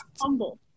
humble